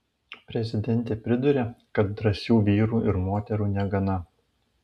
prezidentė priduria kad drąsių vyrų ir moterų negana